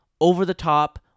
over-the-top